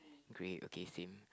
great okay same